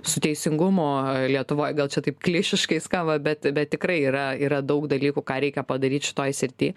su teisingumu lietuvoj gal čia taip klišiškai skamba bet bet tikrai yra yra daug dalykų ką reikia padaryt šitoj srity